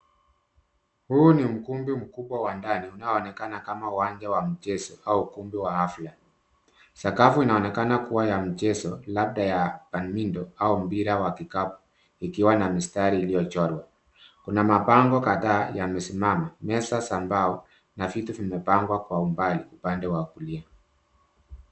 Huu ni ukumbi mkubwa wa ndani unaonekana kama uwanja wa michezo au ukumbi wa afya. Sakafu inaonekana kuwa ya mchezo labda ya padminto au mpira wa kikapu ikiwa na mistari iliyochorwa. Kuna mabango kadhaa yamesimama, meza za mbao na viti vimepangwa kwa umbali upande wa kulia.